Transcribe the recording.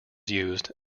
used